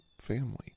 family